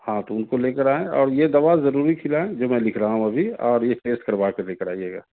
ہاں تو اُن کو لے کر آئیں اور یہ دوا ضروری کِھلائیں جو میں لِکھ رہا ہوں ابھی اور یہ ٹیسٹ کروا کر لے کر آئیے گا